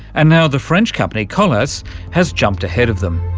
and now the french company colas has jumped ahead of them.